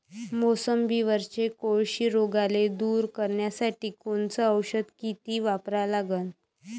मोसंबीवरच्या कोळशी रोगाले दूर करासाठी कोनचं औषध किती वापरा लागन?